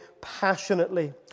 passionately